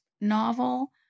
novel